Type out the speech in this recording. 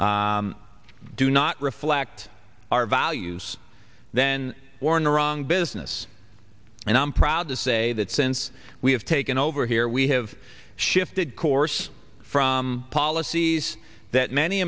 c do not reflect our values then or in the wrong business and i'm proud to say that since we have taken over here we have shifted course from policies that many